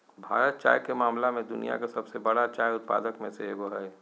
भारत चाय के मामला में दुनिया के सबसे बरा चाय उत्पादक में से एगो हइ